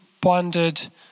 bonded